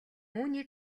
үүний